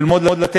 ללמוד לתת.